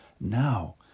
now